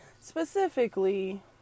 Specifically